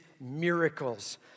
miracles